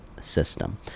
system